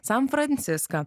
san franciską